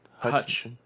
Hutch